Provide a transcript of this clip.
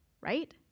Right